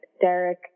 Derek